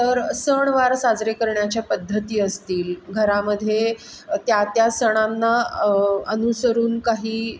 तर सणवार साजरे करण्याच्या पद्धती असतील घरामध्ये त्या त्या सणांना अनुसरून काही